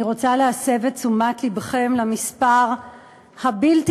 אני רוצה להסב את תשומת לבכם למספר הבלתי-נתפס,